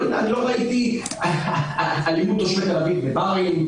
לא ראיתי אלימות תושבי תל אביב בבארים,